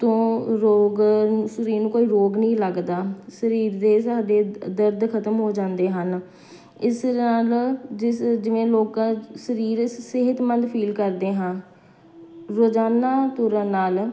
ਤੋਂ ਰੋਗ ਸਰੀਰ ਨੂੰ ਕੋਈ ਰੋਗ ਨਹੀਂ ਲੱਗਦਾ ਸਰੀਰ ਦੇ ਸਾਡੇ ਦਰਦ ਖਤਮ ਹੋ ਜਾਂਦੇ ਹਨ ਇਸ ਨਾਲ ਜਿਸ ਜਿਵੇਂ ਲੋਕਾਂ ਸਰੀਰ ਸਿਹਤਮੰਦ ਫੀਲ ਕਰਦੇ ਹਾਂ ਰੋਜ਼ਾਨਾ ਤੁਰਨ ਨਾਲ